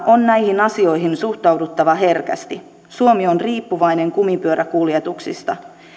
on näihin asioihin suhtauduttava herkästi suomi on riippuvainen kumipyöräkuljetuksista